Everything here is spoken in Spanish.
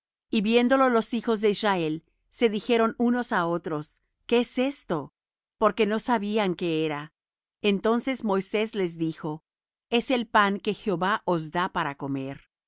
y viéndolo los hijos de israel se dijeron unos á otros qué es esto porque no sabían qué era entonces moisés les dijo es el pan que jehová os da para comer